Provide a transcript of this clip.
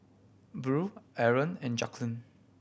Buell Arron and Jacklyn